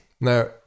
Now